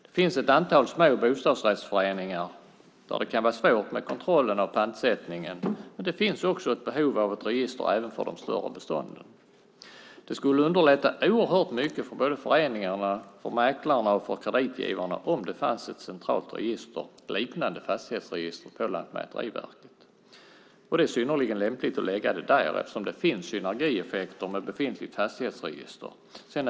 Det finns ett antal små bostadsrättsföreningar där det kan vara svårt med kontrollen av pantsättning. Det finns behov av ett register även för de större bestånden. Det skulle underlätta oerhört mycket för både föreningarna, mäklarna och kreditgivarna om det fanns ett centralt register, liknande fastighetsregistret, på Lantmäteriverket. Det är synnerligen lämpligt att lägga det där eftersom det finns synergieffekter med befintligt fastighetsregister.